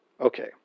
Okay